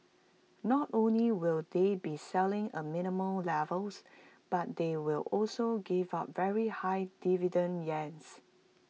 not only will they be selling A minimal levels but they will also give up very high dividend yields